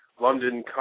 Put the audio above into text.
London